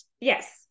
Yes